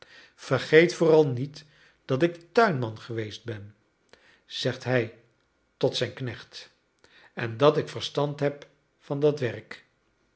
vergeet vooral niet dat ik tuinman geweest ben zegt hij tot zijn knecht en dat ik verstand heb van dat werk